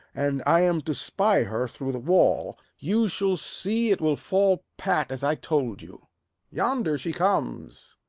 and i am to spy her through the wall. you shall see it will fall pat as i told you yonder she comes.